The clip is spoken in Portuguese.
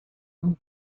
não